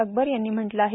अकबर यांनी म्हटलं आहे